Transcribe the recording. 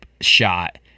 shot